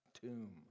tomb